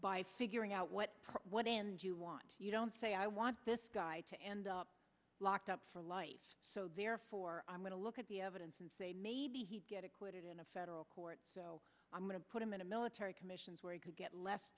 by figuring out what you want you don't say i want this guy to end up locked up for life so therefore i'm going to look at the evidence and say maybe he'd get acquitted in a federal court i'm going to put him in a military commissions where he could get less